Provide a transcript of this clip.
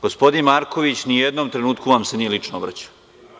Gospodin Marković ni u jednom trenutku vam se nije lično obraćao.